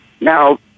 now